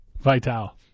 vital